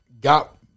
got